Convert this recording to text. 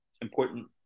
important